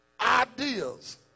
Ideas